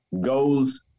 goes